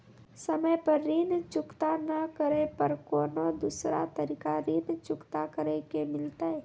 समय पर ऋण चुकता नै करे पर कोनो दूसरा तरीका ऋण चुकता करे के मिलतै?